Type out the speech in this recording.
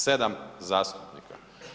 7 zastupnika.